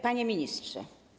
Panie Ministrze!